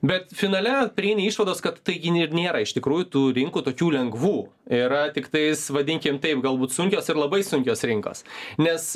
bet finale prieini išvados kad taigi ir nėra iš tikrųjų tų rinkų tokių lengvų yra tiktais vadinkim taip galbūt sunkios ir labai sunkios rinkos nes